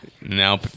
Now